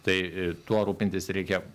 tai tuo rūpintis reikia